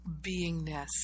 beingness